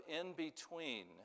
in-between